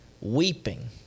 weeping